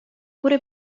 pure